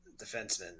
defenseman